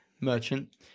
Merchant